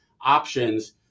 options